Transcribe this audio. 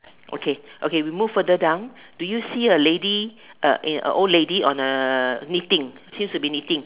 okay okay we move further down do you see a lady a in a old lady on a knitting seems to be knitting